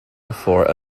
before